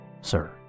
sir